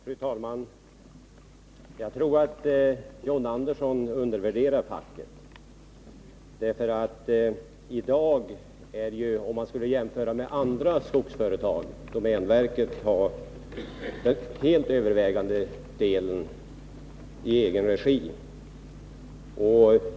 Fru talman! Jag tror att John Andersson undervärderar facket. Om man skulle jämföra med andra skogsföretag skulle man finna att domänverket i dag har den helt övervägande delen i egen regi.